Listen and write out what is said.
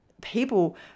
people